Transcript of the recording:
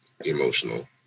Emotional